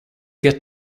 get